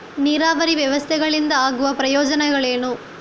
ನೀರಾವರಿ ವ್ಯವಸ್ಥೆಗಳಿಂದ ಆಗುವ ಪ್ರಯೋಜನಗಳೇನು?